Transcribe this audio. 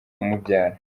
umubyara